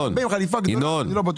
לגבי החליפה הגדולה, אני לא בטוח.